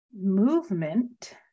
movement